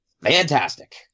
fantastic